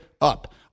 up